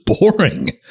boring